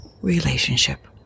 relationship